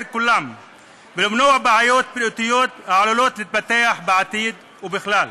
כולם ולמנוע בעיות בריאותיות העלולות להתפתח בעתיד ובכלל.